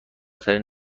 ترین